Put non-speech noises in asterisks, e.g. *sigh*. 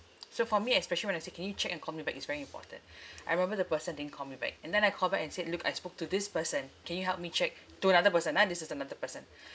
*noise* so for me especially when I say can you check and call me back it's very important I remember the person didn't call me back and then I call back and said look I spoke to this person can you help me check to another person ah this is another person